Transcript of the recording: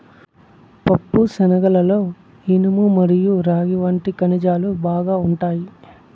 పప్పుశనగలలో ఇనుము మరియు రాగి వంటి ఖనిజాలు బాగా ఉంటాయి